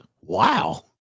wow